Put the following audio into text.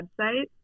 website